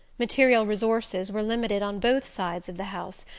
material resources were limited on both sides of the house,